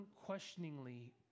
unquestioningly